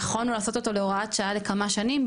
נכון הוא לעשות אותו להוראת שעה לכמה שנים,